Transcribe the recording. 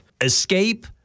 Escape